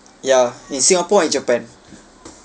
ya in singapore and japan